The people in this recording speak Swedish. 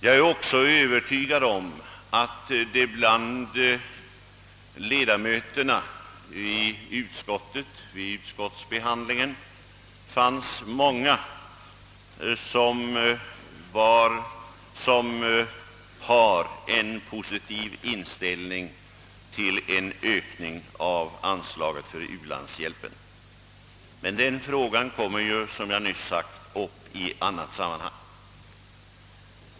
Jag är också övertygad om att det bland ledamöterna i utskottet fanns många som har en positiv inställning till en ökning av anslaget till u-landshjälpen. Men den frågan kommer ju, som jag nyss sade, upp i annat sammanhang.